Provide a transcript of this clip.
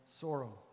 sorrow